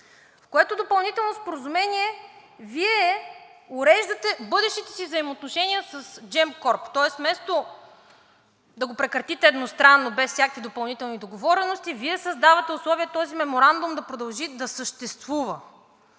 в което допълнително споразумение Вие уреждате бъдещите си взаимоотношения с Gemcorp, тоест, вместо да го прекратите едностранно без всякакви допълнителни договорености, Вие създавате условия този меморандум да продължи да съществува.